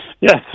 Yes